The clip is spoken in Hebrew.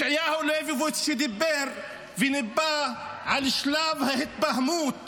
ישעיהו ליבוביץ' דיבר וניבא את שלב ההתבהמות